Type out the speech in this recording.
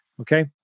okay